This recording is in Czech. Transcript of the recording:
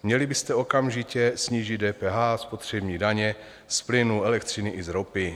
Měli byste okamžitě snížit DPH a spotřební daně z plynu, elektřiny i z ropy.